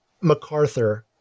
MacArthur